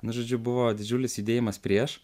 nu žodžiu buvo didžiulis judėjimas prieš